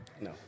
No